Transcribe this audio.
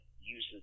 uses